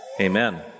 Amen